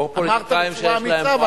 אמרת בצורה אמיצה.